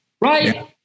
Right